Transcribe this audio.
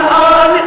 לא יעבור.